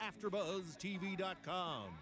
AfterbuzzTV.com